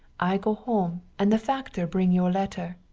i go home and the factor bring your letter!